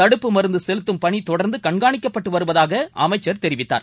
தடுப்பு மருந்து செலுத்தும் பனி தொடர்ந்து கண்னணிக்கப்பட்டு வருவதாக அமைச்சர் தெரிவித்தார்